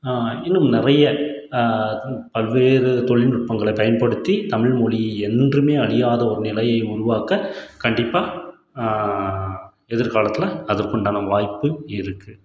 இன்னும் நிறைய பல்வேறு தொழில்நுட்பங்களை பயன்படுத்தி தமிழ் மொழி என்றுமே அழியாத ஒரு நிலையை உருவாக்க கண்டிப்பாக எதிர்காலத்தில் அதற்குண்டான வாய்ப்பு இருக்கு